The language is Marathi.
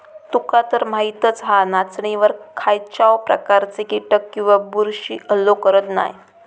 तुकातर माहीतच हा, नाचणीवर खायच्याव प्रकारचे कीटक किंवा बुरशी हल्लो करत नाय